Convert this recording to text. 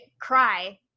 cry